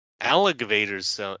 Alligators